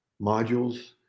modules